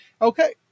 Okay